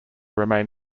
remain